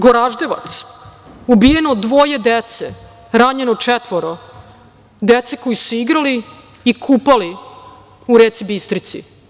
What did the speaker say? Goraždevac, ubijeno dvoje dece, ranjeno četvoro dece koja su se igrala i kupala u reci Bistrici.